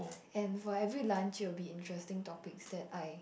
and for every lunch it will be interesting topics that I